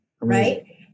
Right